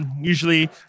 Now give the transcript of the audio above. usually